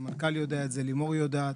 המנכ"ל יודע את זה, לימור יודעת.